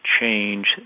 change